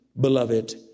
beloved